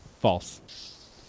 False